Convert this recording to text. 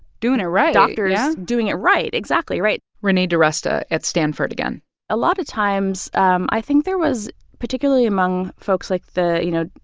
doing it right, yeah. doctors yeah doing it right. exactly, right renee diresta at stanford again a lot of times, um i think there was, particularly among folks like the, you know,